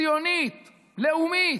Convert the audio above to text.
ציונית, לאומית.